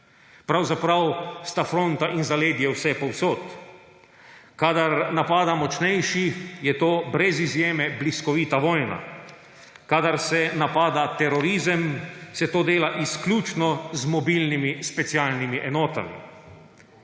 pravzaprav sta fronta in zaledje vsepovsod. Kadar napada močnejši, je to brez izjeme bliskovita vojna, kadar se napada terorizem, se to dela izključno z mobilnimi specialnimi enotami.